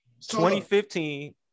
2015